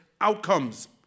outcomes